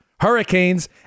Hurricanes